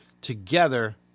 together